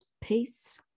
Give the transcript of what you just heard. peace